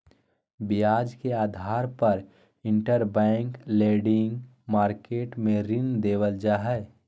ब्याज के आधार पर इंटरबैंक लेंडिंग मार्केट मे ऋण देवल जा हय